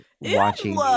watching